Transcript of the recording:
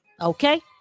Okay